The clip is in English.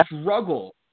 struggle